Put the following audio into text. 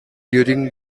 during